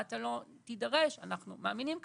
אנחנו מאמינים ככה,